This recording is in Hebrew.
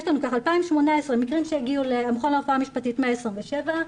ב-2018 מקרים שהגיעו למכון לרפואה משפטית 127,